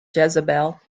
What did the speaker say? jezebel